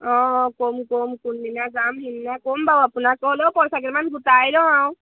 অঁ কম ক'ম কোনদিনা যাম সেইদিনা ক'ম বাাৰু আপোনাক লও পইচাাকেইমান গোটাই লওঁ আও